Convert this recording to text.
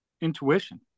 Intuition